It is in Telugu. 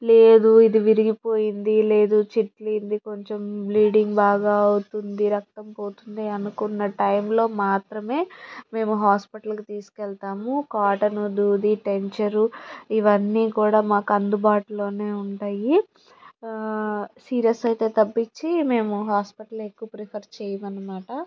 లేదు ఇది విరిగిపోయింది లేదు చిట్లింది కొంచెం బ్లీడింగ్ బాగా అవుతుంది రక్తం పోతుంది అనుకున్న టైంలో మాత్రమే మేము హాస్పిటల్కి తీసుకెళ్తాము కాటన్ దూది టింక్చరు ఇవన్నీ కూడా మాకు అందుబాటులోనే ఉంటాయి సీరియస్ అయితే తప్పించి మేము హాస్పిటల్ ఎక్కువ ప్రిఫర్ చెయ్యమన్న మాట